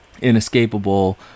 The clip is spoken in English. inescapable